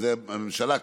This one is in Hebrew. ואת זה הממשלה קבעה,